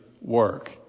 work